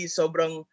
sobrang